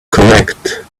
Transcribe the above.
correct